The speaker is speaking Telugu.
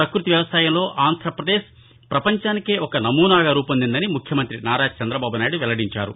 పక్బతి వ్యవసాయంలో ఆంధ్రపదేశ్ ప్రపంచానికే ఒక నమూనాగా రూపొందిందని ముఖ్యమంత్రి నారా చంద్రబాబునాయుడు వెల్లడించారు